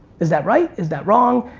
is that right? is that wrong?